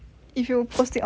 if you post it online